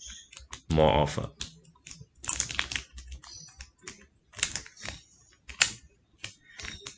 more offer